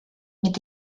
mit